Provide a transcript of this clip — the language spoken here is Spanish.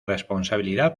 responsabilidad